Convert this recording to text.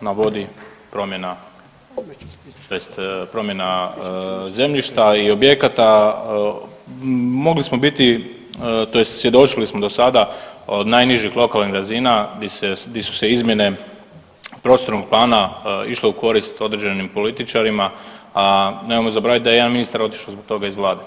navodi promjena tj. promjena zemljišta i objekata, mogli smo biti, tj. svjedočili smo do sada od najnižih lokalnih razina, gdje su se izmjene prostornog plana išle u korist određenim političarima, a nemojmo zaboraviti da je jedan ministar otišao zbog toga iz Vlade.